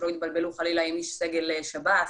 שלא יתבלבלו חלילה עם איש סגל שב"ס,